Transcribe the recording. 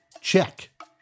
Check